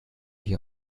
ich